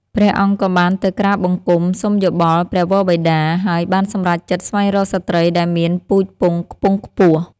ព្រះអង្គក៏បានទៅក្រាបបង្គំសុំយោបល់ព្រះវរបិតា ហើយបានសម្រេចចិត្តស្វែងរកស្ត្រីដែលមានពូជពង្សខ្ពង់ខ្ពស់។